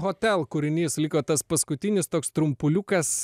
hotel kūrinys liko tas paskutinis toks trumpuliukas